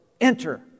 Enter